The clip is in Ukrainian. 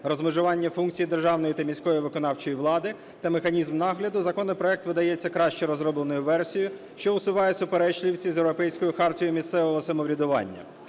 розмежування функцій державної та міської виконавчої влади та механізм нагляду, законопроект видається краще розробленою версією, що усуває суперечливість із Європейською хартією місцевого самоврядування.